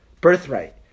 Birthright